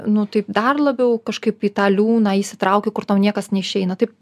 nu taip dar labiau kažkaip į tą liūną įsitrauki kur tau niekas neišeina taip